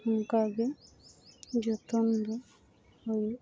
ᱚᱱᱠᱟ ᱜᱮ ᱡᱚᱛᱚᱱ ᱫᱚ ᱦᱩᱭᱩᱜᱼᱟ